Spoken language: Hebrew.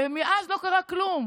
ומאז לא קרה כלום.